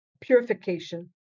purification